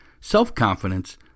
self-confidence